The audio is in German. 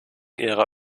ihrer